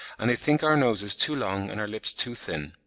and they think our noses too long and our lips too thin.